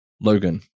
Logan